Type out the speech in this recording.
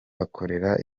bakorera